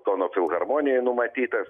kauno filharmonijoj numatytas